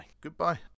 goodbye